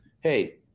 Hey